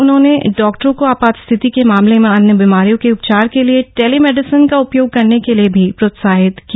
उन्होंने डॉक्टरों को आपात स्थिति के मामले में अन्य बीमारियों के उपचार के लिए टेलीमेडिसन का उपयोग करने के लिए भी प्रोत्साहित किया